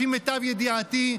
לפי מיטב ידיעתי,